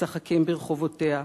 משחקים ברחובותיה.